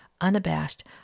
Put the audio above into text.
unabashed